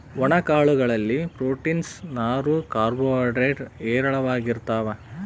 ಒಣ ಕಾಳು ಗಳಲ್ಲಿ ಪ್ರೋಟೀನ್ಸ್, ನಾರು, ಕಾರ್ಬೋ ಹೈಡ್ರೇಡ್ ಹೇರಳವಾಗಿರ್ತಾವ